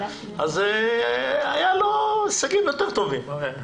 אז היו לו הישגים יותר טובים.